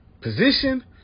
position